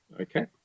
Okay